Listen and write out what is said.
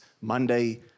Monday